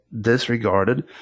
disregarded